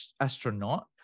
astronaut